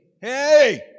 hey